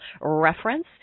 reference